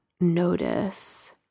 notice